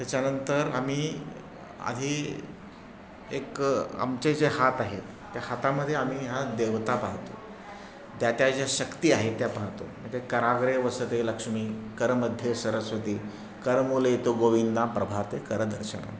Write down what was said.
त्याच्यानंतर आम्ही आधी एक आमचे जे हात आहेत त्या हातामध्ये आम्ही ह्या देवता पाहतो त्या त्या ज्या शक्ती आहे त्या पाहतो म्हणजे कराग्रे वसते लक्ष्मी करमध्ये सरस्वती करमूले तू गोविंद प्रभाते करदर्शनम्